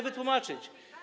wytłumaczyć.